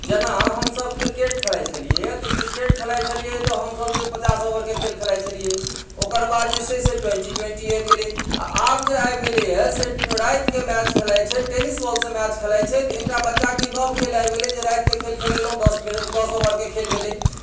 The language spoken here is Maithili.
जेना हमसभ क्रिकेट खेलाइत छलियैए तऽ क्रिकेट खेलाइत छलियै तऽ हमसभ जे पचास ओवरके खेल खेलाइत छलियै ओकर बाद जे छै से ट्वेन्टी ट्वेन्टी आबि गेलै आ आब जे आबि गेलैए से रातिके मैच खेलाइत छै टेनिस बॉलसँ मैच खेलाइत छै एकटा बच्चाके ई नव खेल आबि गेलै जे रातिमे खेल खेलेलहुँ दस बेर दस ओवरके खेल भेलै